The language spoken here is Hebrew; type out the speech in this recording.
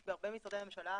יש בהרבה משרדי ממשלה,